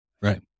Right